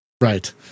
Right